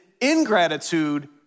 ingratitude